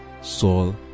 Saul